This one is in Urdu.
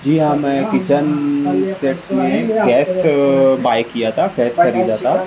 جی ہاں میں کچن سیٹ میں گیس بائی کیا تھا گیس خریدا تھا